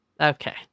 Okay